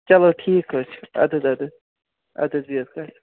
چلو ٹھیٖکھ حظ چھُ اَدٕ حظ اَدٕ حظ اَدٕ حظ بہِو